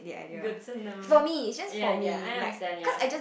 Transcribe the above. goods and know ya ya I understand ya